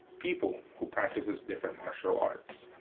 people who practices different martial arts.